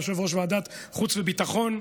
יושב-ראש ועדת חוץ וביטחון,